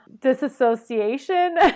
disassociation